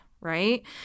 right